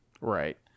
Right